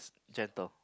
gentle